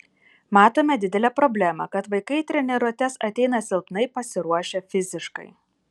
matome didelę problemą kad vaikai į treniruotes ateina silpnai pasiruošę fiziškai